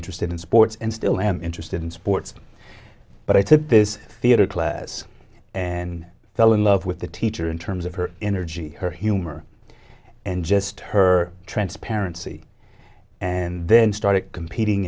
interested in sports and still am interested in sports but i took this theater class and fell in love with the teacher in terms of her energy her humor and just her transparency and then started competing